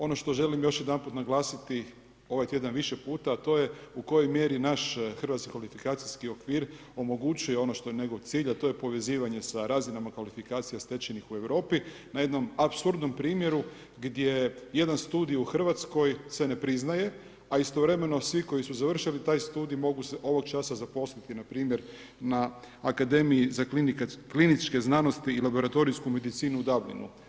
Ono što želim još jedanput naglasiti ovaj tjedan više puta, a to je u kojoj mjeri naš hrvatskih kvalifikacijski okvir omogućuje ono što je njegov cilj, a to je povezivanje sa razinama kvalifikacija stečenih u Europi na jednom apsurdnom primjeru gdje jedan studij u Hrvatskoj se ne priznaje, a istovremeno svi koji su završili taj studij mogu se ovoga časa zaposliti npr. na Akademiji za kliničke znanosti i laboratorijsku medicinu u Dublinu.